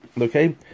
Okay